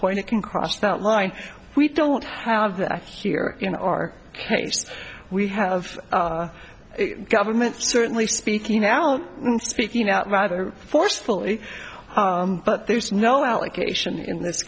point it can cross that line we don't have that here in our case we have a government certainly speaking now speaking out rather forcefully but there's no allegation in thi